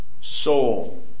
soul